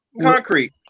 concrete